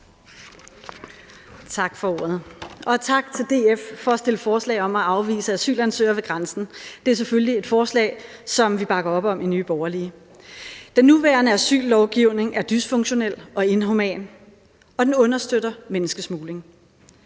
Tak for ordet, og tak til DF for at fremsætte forslag om at afvise asylansøgere ved grænsen. Det er selvfølgelig et forslag, som vi bakker op om i Nye Borgerlige. Den nuværende asyllovgivning er dysfunktionel og inhuman, og den understøtter menneskesmugling.